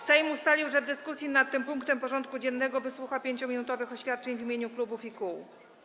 Sejm ustalił, że w dyskusji nad tym punktem porządku dziennego wysłucha 5-minutowych oświadczeń w imieniu klubów i kół.